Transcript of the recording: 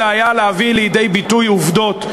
זה היה להביא לידי ביטוי עובדות,